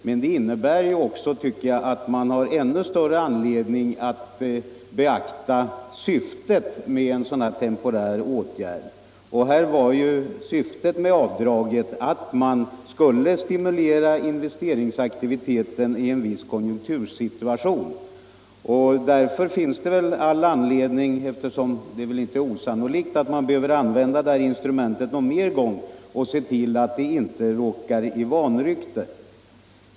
Men det innebär också att man har ännu större anledning att beakta syftet med en sådan här temporär åtgärd. Syftet med avdraget var ju att stimulera investeringsaktiviteten i en viss konjunktursituation. Eftersom det inte är osannolikt att man behöver använda det instrumentet någon mer gång finns det anledning att se till att det inte råkar i vanrykte.